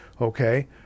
Okay